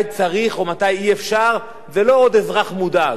זה לא עוד אזרח מודאג, זה ראש מוסד לשעבר.